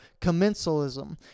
commensalism